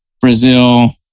Brazil